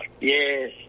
Yes